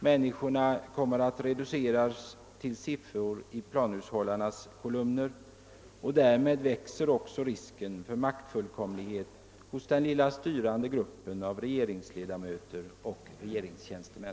Människorna kommer att reduceras till siffror i planhushållarnas kolumner, och därmed växer också risken för maktfullkomlighet hos den lilla styrande gruppen av regeringsledamöter och regeringstjänstemän.